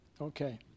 Okay